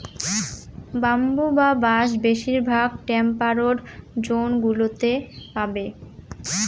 bamboo বা বাঁশ বেশিরভাগ টেম্পারড জোন গুলোতে পাবে